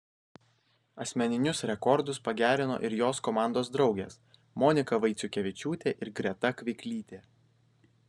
asmeninius rekordus pagerino ir jos komandos draugės monika vaiciukevičiūtė ir greta kviklytė